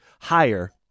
higher